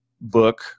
book